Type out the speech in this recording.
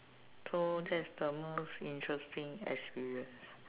so that's the most interesting experience